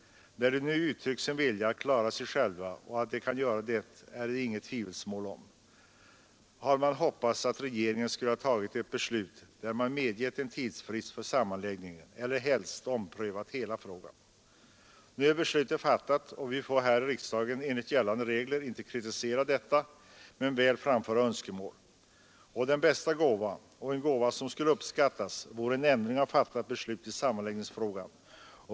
När den nu uttryckt sin vilja att klara sig själv — att den kan göra detta är det inget tvivel om — hade man hoppats att regeringen skulle ha fattat ett beslut, där man medgivit en tidsfrist för sammanläggningen eller helst omprövat hela frågan. Nu är beslutet fattat och vi får här i riksdagen enligt gällande regler inte kritisera detta men väl framföra önskemål. Den bästa gåva och en gåva som skulle uppskattas vore en ändring av fattat beslut i sammanläggningsfrågan.